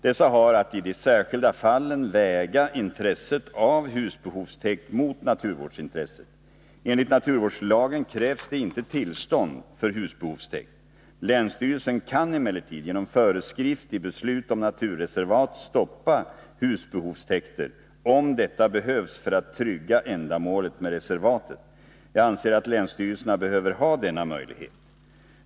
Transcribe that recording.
Dessa har att i de särskilda fallen väga intresset av husbehovstäkt mot naturvårdsintresset. Enligt naturvårdslagen krävs det inte tillstånd för husbehovstäkt. Länsstyrelsen kan emellertid genom föreskrift i beslut om naturreservat stoppa husbehovstäkter, om detta behövs för att trygga ändamålet med reservatet. Jag anser att länsstyrelserna behöver ha denna möjlighet.